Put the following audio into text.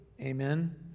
amen